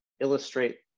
illustrate